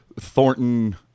Thornton